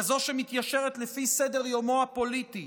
כזאת שמתיישרת לפי סדר-יומו הפוליטי,